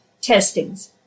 testings